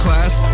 Class